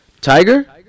tiger